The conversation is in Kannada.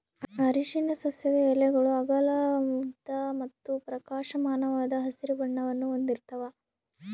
ಅರಿಶಿನ ಸಸ್ಯದ ಎಲೆಗಳು ಅಗಲ ಉದ್ದ ಮತ್ತು ಪ್ರಕಾಶಮಾನವಾದ ಹಸಿರು ಬಣ್ಣವನ್ನು ಹೊಂದಿರ್ತವ